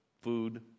food